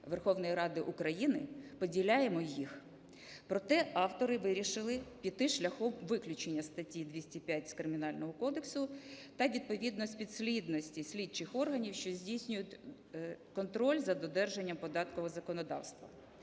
Верховної Ради України, поділяємо їх. Проте автори вирішили піти шляхом виключення статті 205 з Кримінального кодексу та відповідно з підслідності слідчих органів, що здійснюють контроль за додержанням податкового законодавства.